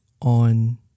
on